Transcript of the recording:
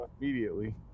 Immediately